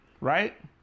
right